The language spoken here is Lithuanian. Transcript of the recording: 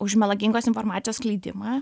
už melagingos informacijos skleidimą